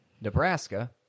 Nebraska